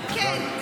כן,